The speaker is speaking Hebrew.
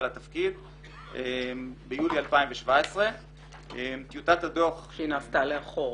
לתפקיד ביולי 2017. שמן הסתם נעשתה לאחור.